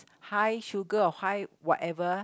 high sugar or high whatever